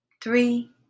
three